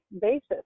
basis